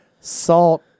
Salt